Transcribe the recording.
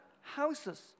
houses